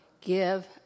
give